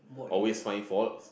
always find faults